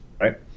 right